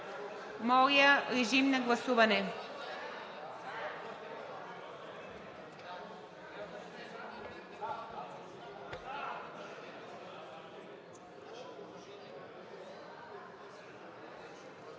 Моля, режим на гласуване.